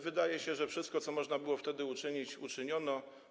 Wydawało się, że wszystko, co można było wtedy uczynić, uczyniono.